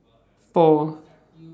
four